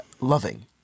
loving